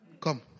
Come